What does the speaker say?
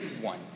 one